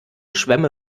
schwemme